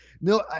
No